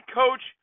coach